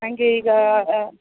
ನನಗೆ ಈಗ